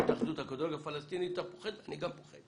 להתאחדות הכדורגל הפלסטינית, זה לא שם,